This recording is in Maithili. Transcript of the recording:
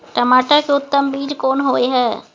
टमाटर के उत्तम बीज कोन होय है?